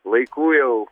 laikų jau